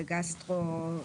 בגסטרו,